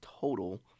total